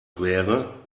wäre